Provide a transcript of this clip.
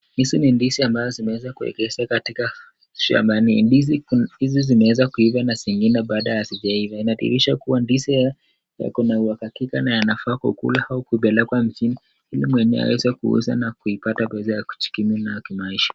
Hizi ni ndizi ambazo zimeweza kuekezwa katika shambani, ndizi hizi zimeweza kuiva na zingine bado hazijaiva. Inadhirisha kuwa ndizi haya yako na uhakika na yanafaa kukulwa au kupelekwa mjini ili mwenyewe aweze kuuza na kuipata pesa ya kujikimu nayo kimaisha.